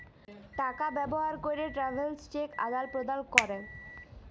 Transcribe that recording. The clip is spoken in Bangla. টাকা ব্যবহার ক্যরে ট্রাভেলার্স চেক আদাল প্রদালে ক্যরে